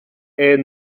est